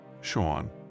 Sean